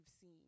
seen